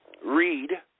read